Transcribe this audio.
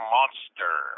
Monster